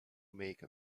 make